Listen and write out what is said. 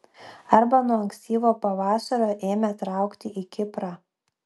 arba nuo ankstyvo pavasario ėmė traukti į kiprą